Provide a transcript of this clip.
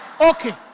Okay